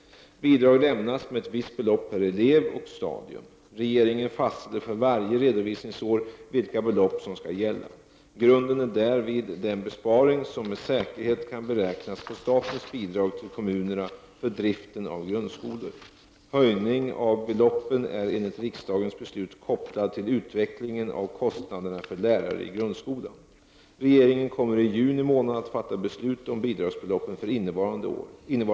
Bidrag lämnas med ett visst belopp per elev och stadium. Regeringen fastställer för varje redovisningsår vilka belopp som skall gälla. Grunden är därvid den besparing som med säkerhet kan beräknas på statens bidrag till kommunerna för driften av grundskolor. Höjning av beloppen är enligt riksdagens beslut kopplad till utvecklingen av kostnaderna för lärare i grundskolan. Regeringen kommer i juni månad att fatta beslut om bidragsbeloppen för innevarande läsår.